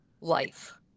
life